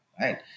right